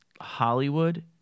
Hollywood